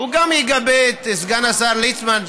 הוא גם מגבה את סגן השר ליצמן,